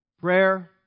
prayer